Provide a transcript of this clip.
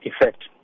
effect